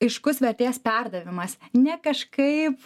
aiškus vertės perdavimas ne kažkaip